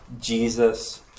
Jesus